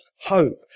hope